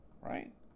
right